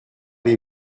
les